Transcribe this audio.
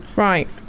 Right